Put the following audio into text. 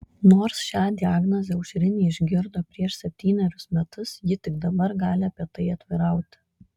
nors šią diagnozę aušrinė išgirdo prieš septynerius metus ji tik dabar gali apie tai atvirauti